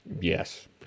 yes